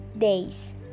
days